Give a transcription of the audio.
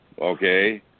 okay